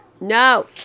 No